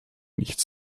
nichts